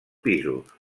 pisos